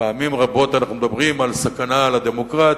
פעמים רבות אנחנו מדברים על סכנה לדמוקרטיה,